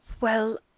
Well